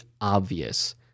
obvious